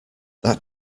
that